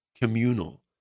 communal